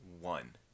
one